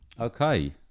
Okay